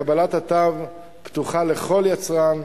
קבלת התו פתוחה לכל יצרן.